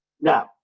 Now